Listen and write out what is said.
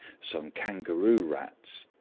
some kangaroo rats,